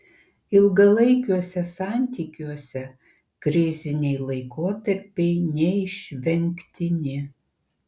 ilgalaikiuose santykiuose kriziniai laikotarpiai neišvengtini